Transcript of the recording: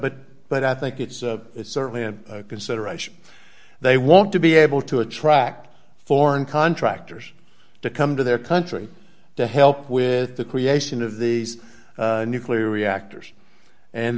but but i think it's certainly a consideration they want to be able to attract foreign contractors to come to their country to help with the creation of these nuclear reactors and